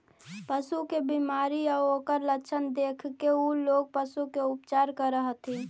पशु के बीमारी आउ ओकर लक्षण देखके उ लोग पशु के उपचार करऽ हथिन